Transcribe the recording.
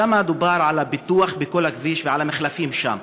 שם דובר על הפיתוח בכל הכביש ועל המחלפים שם.